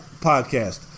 podcast